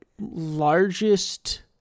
largest